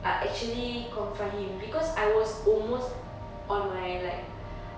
ah actually confront him because I was almost on my like